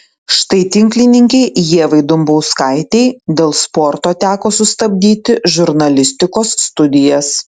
štai tinklininkei ievai dumbauskaitei dėl sporto teko sustabdyti žurnalistikos studijas